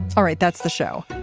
all right. that's the show.